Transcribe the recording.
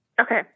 Okay